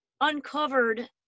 uncovered